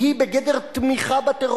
תודה,